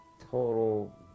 total